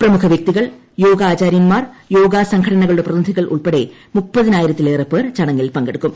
പ്രമുഖ വ്യക്തികൾ യോഗാചാര്യൻമാർ യോഗ സംഘടനകളുടെ പ്രതിനിധികൾ ഉൾപ്പെടെ മുപ്പതിനായിലത്തിലേറെ പേർ ചടങ്ങിൽ പങ്കെടുക്കും